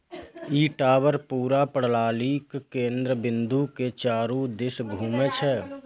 ई tower पूरा प्रणालीक केंद्र बिंदु के चारू दिस घूमै छै